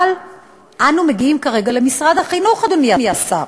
אבל אנו מגיעים כרגע למשרד החינוך, אדוני השר.